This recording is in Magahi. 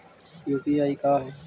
यु.पी.आई का है?